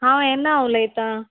हांव येना उलयतां